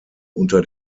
unter